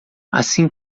assim